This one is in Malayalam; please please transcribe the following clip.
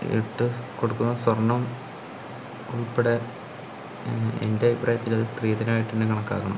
ഇട്ട് കൊടുക്കുന്ന സ്വർണ്ണം ഉൾപ്പെടെ എൻ്റെ അഭിപ്രായത്തിലത് സ്ത്രീധനമായിട്ട് തന്നെ കണക്കാക്കണം